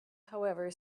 however